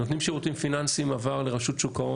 נותני שירותים פיננסיים עבר לרשות שוק ההון